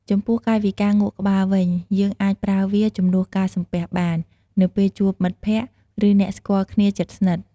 ចំពោះកាយវិការងក់ក្បាលវិញ យើងអាចប្រើវាជំនួសការសំពះបាន នៅពេលជួបមិត្តភក្តិ ឬអ្នកស្គាល់គ្នាជិតស្និទ្ធ។